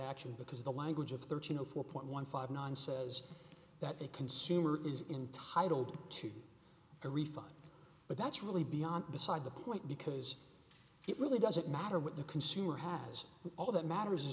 action because the language of their channel four point one five nine says that a consumer is intitled to a refund but that's really beyond beside the point because it really doesn't matter what the consumer has all that matters